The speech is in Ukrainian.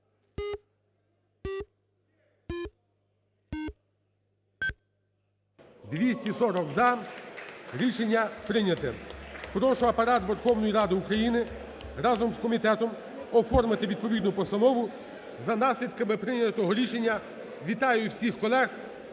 240 – "за". Рішення прийняте. Прошу Апарат Верховної Ради України разом з комітетом оформити відповідну постанову за наслідками прийнятого рішення. Вітаю всіх колег